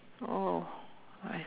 oh I